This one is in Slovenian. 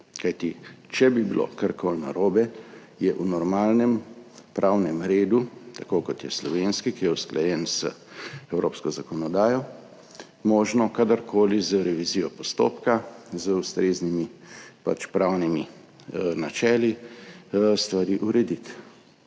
Kajti če bi bilo karkoli narobe, je v normalnem pravnem redu, tako kot je slovenski, ki je usklajen z evropsko zakonodajo, možno kadarkoli z revizijo postopka z ustreznimi pravnimi načeli stvari urediti.